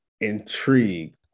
intrigued